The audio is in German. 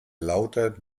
lauter